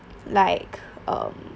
like um